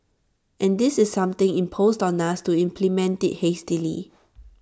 and this is something imposed on us to implement IT hastily